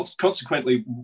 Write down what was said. consequently